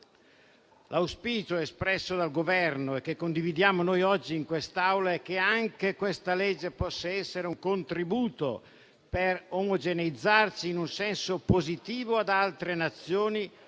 L'auspicio espresso dal Governo e che condividiamo noi oggi in quest'Aula è che anche questa legge possa essere un contributo per omogeneizzarsi in senso positivo ad altre Nazioni dell'Unione